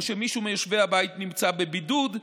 או שמישהו מיושבי הבית נמצא בבידוד,